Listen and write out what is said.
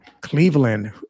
Cleveland